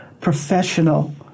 professional